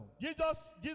Jesus